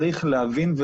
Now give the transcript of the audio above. צריך להבין,